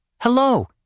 Hello